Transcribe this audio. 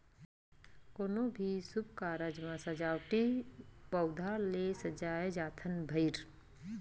कोनो भी सुभ कारज म सजावटी पउधा ले सजाए जाथन भइर